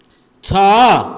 ଛଅ